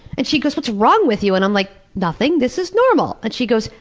and she goes, what's wrong with you? and i'm like, nothing, this is normal! and she goes,